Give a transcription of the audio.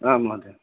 आम् महोदय